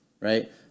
Right